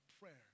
prayer